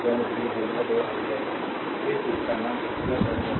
तो यह होगा टर्मिनल यह मुठभेड़ है यह 2 आई है